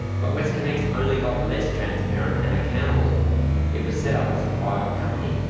but westconnex only got less transparent and accountable it was set up as a private company,